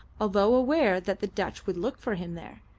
although aware that the dutch would look for him there,